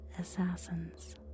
Assassins